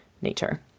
nature